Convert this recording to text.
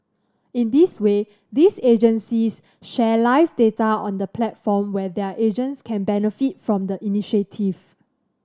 in this way these agencies share live data on the platform while their agents can benefit from the initiative